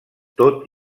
tot